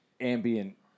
ambient